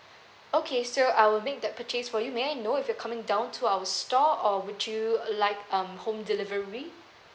okay so I will make that purchase for you may I know if you coming down to our store or would you like um home delivery